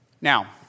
Now